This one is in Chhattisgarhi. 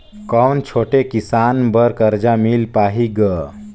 कौन छोटे किसान बर कर्जा मिल पाही ग?